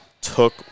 took